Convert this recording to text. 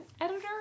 editor